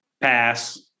Pass